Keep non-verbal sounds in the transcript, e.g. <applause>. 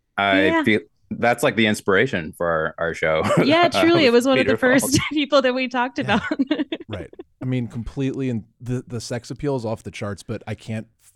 I Yeah. feel- that's, like, the inspiration for our- our show. Yeah, <laughs> truly, <laughs> It it <laughs> was was one of the <laughs> Peter Falk. <laughs> first people that we talked Yeah. <laughs> about. <laughs> Right. I mean, completely, and the- the sex appeal is off the charts, but I can't